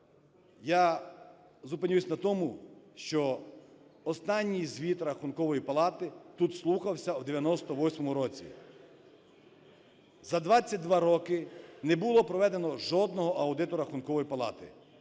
я зупинюся на тому, що останній звіт Рахункової палати тут слухався у 98-му році. За 22 роки не було проведено жодного аудиту Рахункової палати.